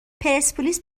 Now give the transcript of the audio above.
پرسپولیس